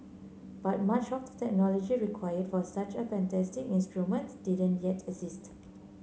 but much of the technology required for such a fantastic instrument didn't yet exist